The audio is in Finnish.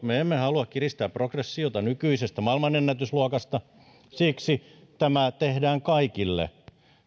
me emme halua kiristää progressiota nykyisestä maailmanennätysluokasta ja siksi tämä tehdään kaikille